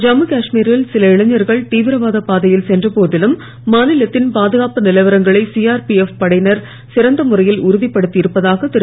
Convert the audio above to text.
தம்மு காஷ்மீரில் சில இளைஞர்கள் தீவிரவாத பாதையில் சென்ற போதிலும் மாநிலத்தின் பாதுகாப்பு நிலவரங்கனை சிஆர்பிஎப் படையினர் சிறந்த முறையில் உறுதிப்படுத்தி இருப்பதாக திரு